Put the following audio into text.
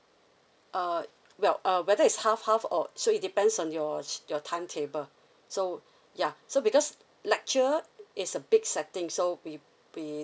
uh well uh whether is half half of so it depends on your your timetable so yeah so because lecture is a big setting so we we